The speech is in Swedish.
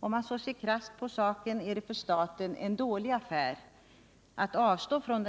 Om man ser så krasst på saken, är det för staten en dålig affär att avstå från